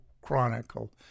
Chronicle